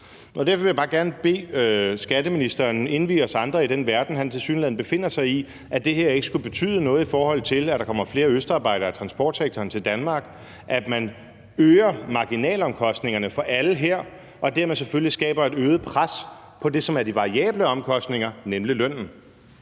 Derfor vil jeg bare gerne bede skatteministeren indvie os andre i den verden, han tilsyneladende befinder sig i, hvor det ikke skulle betyde noget, i forhold til at der kommer flere østarbejdere til Danmark i transportsektoren, at man øger marginalomkostningerne for alle her og dermed selvfølgelig skaber et øget pres på det, som er de variable omkostninger, nemlig lønnen.